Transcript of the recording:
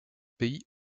pays